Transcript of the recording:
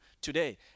today